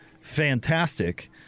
fantastic